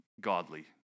godly